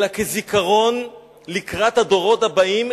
אלא כזיכרון לקראת הדורות הבאים,